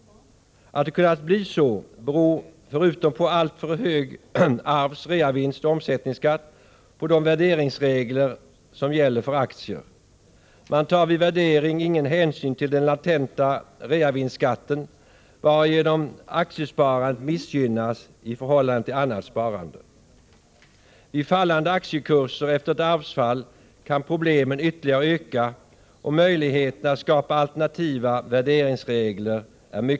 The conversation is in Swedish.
Att det har kunnat bli så beror förutom på alltför hög arvs-, reavinstoch omsättningsskatt på de värderingsregler som gäller för aktier. Man tar vid värderingen ingen hänsyn till den latenta reavinstskatten, varigenom aktiesparandet missgynnas i förhållande till annat sparande. Vid fallande aktiekurser efter ett arv kan problemen ytterligare öka, och det är mycket angeläget att man skapar alternativa värderingsregler.